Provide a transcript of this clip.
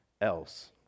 else